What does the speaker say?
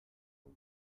and